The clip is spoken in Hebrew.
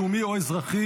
לאומי או אזרחי),